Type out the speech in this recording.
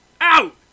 Out